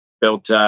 built